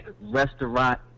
restaurant